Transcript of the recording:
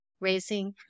raising